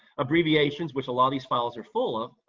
abbreviations, which a lot of these files are full of,